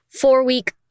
four-week